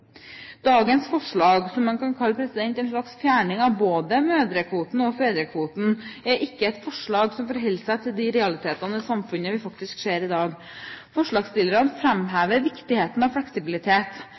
Dagens forslag, som man kan kalle en slags fjerning av både mødrekvoten og fedrekvoten, er ikke et forslag som forholder seg til de realitetene i samfunnet vi ser i dag. Forslagsstillerne